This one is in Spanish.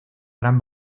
gran